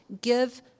give